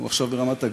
הוא עכשיו ברמת-הגולן,